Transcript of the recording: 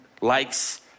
likes